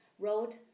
wrote